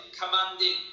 commanding